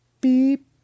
beep